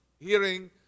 hearing